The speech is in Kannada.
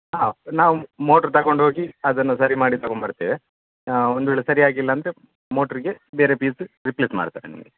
ಹಾಂ ನಾವು ಮೋಟ್ರು ತಗೊಂಡೋಗಿ ಅದನ್ನು ಸರಿ ಮಾಡಿ ತೊಗೊಂಡ್ಬರ್ತೇವೆ ಒಂದು ವೇಳೆ ಸರಿ ಆಗಿಲ್ಲ ಅಂದರೆ ಮೋಟ್ರಿಗೆ ಬೇರೆ ಪೀಸು ರಿಪ್ಲೇಸ್ ಮಾಡ್ತೇನೆ ನಿಮಗೆ